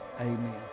Amen